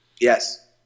Yes